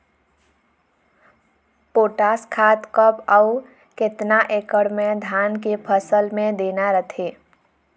Potash खाद कब अऊ केतना एकड़ मे धान के फसल मे देना रथे?